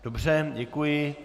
Dobře, děkuji.